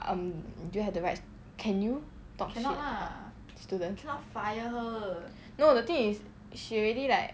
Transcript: um do you have the right can you talk shit students no the thing is she already like